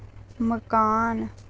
मकान